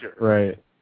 right